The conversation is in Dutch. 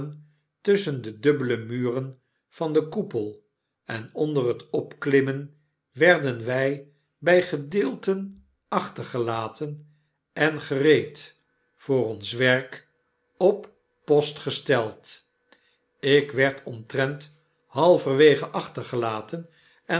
tusschen de dubbeie muren van den koepel en onder het opklimmen werden wy by gedeelten achtergelaten en gereed voor ons werk op post gesteld ik werd omtrent halverwege achtergelaten en